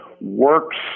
works